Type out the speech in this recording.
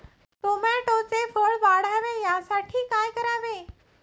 टोमॅटोचे फळ वाढावे यासाठी काय करावे?